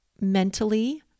mentally